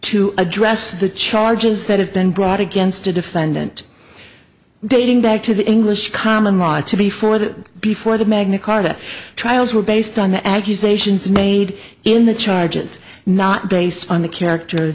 to address the charges that have been brought against a defendant dating back to the english common law to before the before the magna carta trials were based on the accusations made in the charges not based on the character